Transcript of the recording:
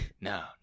No